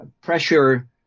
pressure